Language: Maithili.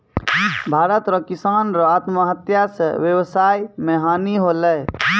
भारत रो किसानो रो आत्महत्या से वेवसाय मे हानी होलै